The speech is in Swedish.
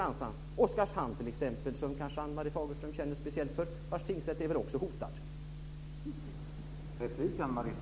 Ann-Marie Fagerström känner kanske speciellt för Oskarshamn, vars tingsrätt väl också är hotad.